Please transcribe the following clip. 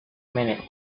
minute